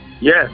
Yes